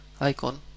icon